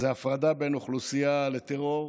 וזה הפרדה בין אוכלוסייה לטרור,